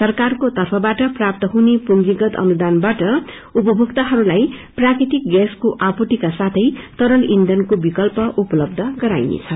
सरकारको तर्फबाअ प्राप्त हुने पूंजीगत अनुदानाबाट उपभोक्ताहरूमा प्राकृतितक गैसको आपूर्तिका साथै तरल ईन्थनको विकल्प उपलब्य हुनेछ